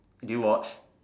do you watch